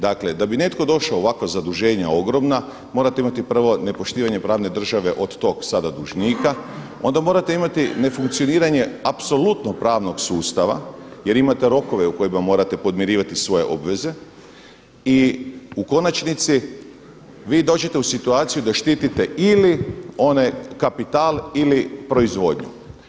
Dakle da bi netko došao u ovakva zaduženja ogromna morate imati prvo nepoštivanje pravne države od tog sada dužnika onda morate imati nefunkcioniranje apsolutno pravnog sustava jer imate rokove u kojima morate podmirivati svoje obveze i u konačnici vi dođite u situaciju da štitite ili onaj kapital ili proizvodnju.